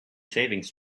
savings